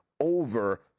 over